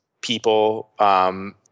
people